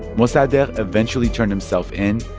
mossadegh eventually turned himself in.